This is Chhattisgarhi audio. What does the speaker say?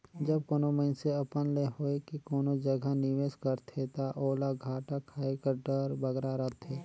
जब कानो मइनसे अपन ले होए के कोनो जगहा निवेस करथे ता ओला घाटा खाए कर डर बगरा रहथे